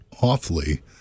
awfully